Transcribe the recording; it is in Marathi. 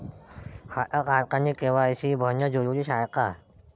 खातं काढतानी के.वाय.सी भरनं जरुरीच हाय का?